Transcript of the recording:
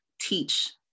teach